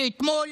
שאתמול